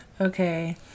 okay